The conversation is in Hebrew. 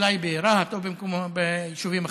אולי ברהט או ביישובים אחרים.